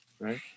right